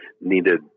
needed